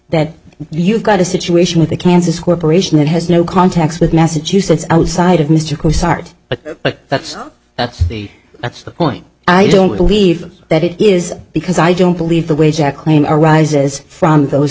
that you've got a situation with the kansas corporation that has no contacts with massachusetts outside of mr coo sart but that's that's the that's the point i don't believe that it is because i don't believe the way jack claim arises from those